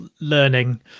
learning